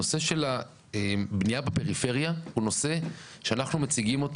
הנושא של בנייה בפריפריה הוא נושא שאנחנו מציגים אותו